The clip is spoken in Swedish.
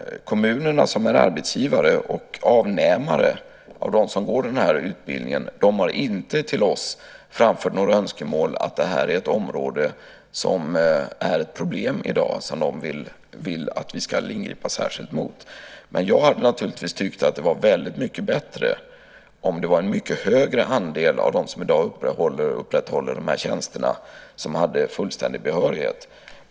Kommunerna, som är arbetsgivare och avnämare av dem som går den här utbildningen, har inte till oss framfört att detta är ett område som är ett problem i dag som de vill att vi ska ingripa särskilt mot. Jag hade naturligtvis tyckt att det hade varit väldigt mycket bättre om det var en mycket högre andel av dem som i dag upprätthåller de här tjänsterna som hade fullständig behörighet.